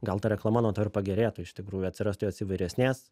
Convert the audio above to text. gal ta reklama nuo to ir pagerėtų iš tikrųjų atsirastų jos įvairesnės